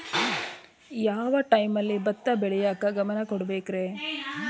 ಯಾವ್ ಟೈಮಲ್ಲಿ ಭತ್ತ ಬೆಳಿಯಾಕ ಗಮನ ನೇಡಬೇಕ್ರೇ?